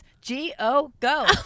G-O-go